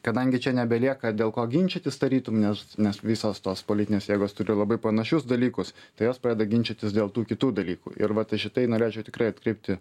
kadangi čia nebelieka dėl ko ginčytis tarytum nes nes visos tos politinės jėgos turi labai panašius dalykus tai jos pradeda ginčytis dėl tų kitų dalykų ir va tai šitai norėčiau tikrai atkreipti